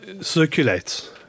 circulates